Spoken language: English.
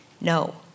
No